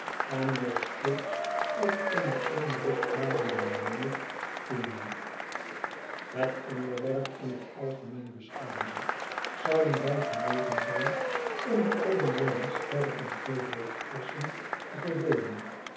en nog steeds op eene onrustbarende manier toeneemt het onderwerp in het algemeen beschouwende zouden wij genegen zijn om de oude jongens verder in twee hoofdklassen te verdeelen